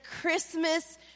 Christmas